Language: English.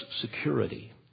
security